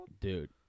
Dude